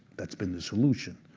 that's been the solution.